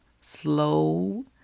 Slow